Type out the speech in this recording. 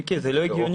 מיקי, זה לא הגיוני.